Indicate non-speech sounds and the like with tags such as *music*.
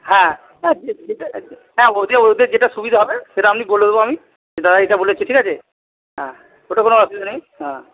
হ্যাঁ *unintelligible* হ্যাঁ ওদের যেটা সুবিধা হবে সেটা আমি বলে দেব আমি দাদা এটা বলেছে ঠিক আছে হ্যাঁ ওটা কোনো অসুবিধা নেই হ্যাঁ